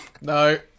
No